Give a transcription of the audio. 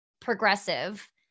progressive